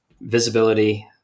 visibility